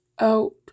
out